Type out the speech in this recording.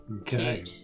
Okay